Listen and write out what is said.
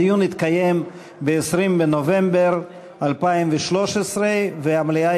הדיון התקיים ב-20 בנובמבר 2013 והמליאה